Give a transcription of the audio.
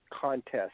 contest